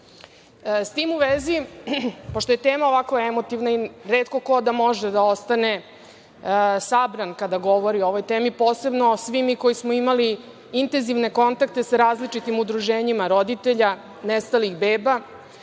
tim u vezi, pošto je tema ovako emotivna i retko ko da može da ostane sabran kada govori o ovoj temi, posebno svi mi koji smo imali intenzivne kontakte sa različitim udruženjima roditelja nestalih beba,